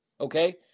okay